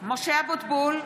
(קוראת בשמות חברי הכנסת) משה אבוטבול,